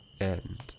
end